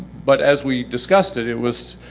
but as we discussed it, it was